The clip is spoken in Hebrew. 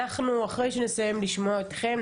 אחרי שנסיים לשמוע אתכם,